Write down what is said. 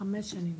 חמש שנים.